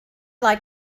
like